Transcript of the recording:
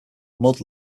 mud